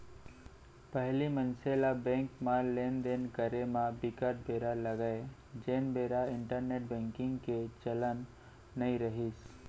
पहिली मनसे ल बेंक म लेन देन करे म बिकट बेरा लगय जेन बेरा इंटरनेंट बेंकिग के चलन नइ रिहिस